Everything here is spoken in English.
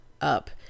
up